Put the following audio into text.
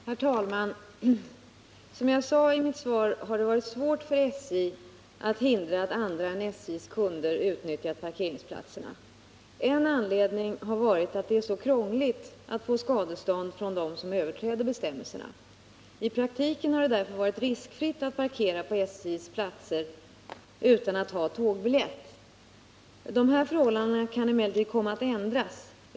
Herr talman! Som jag sade i mitt svar har det varit svårt för SJ att hindra att andra än SJ:s kunder utnyttjar parkeringsplatserna. En anledning har varit att det är så krångligt att få skadestånd från dem som överträder bestämmelserna. I praktiken har det därför varit riskfritt att parkera på SJ:s platser utan att ha tågbiljett. De här förhållandena kan emellertid komma att ändras.